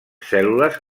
cèl·lules